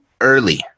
early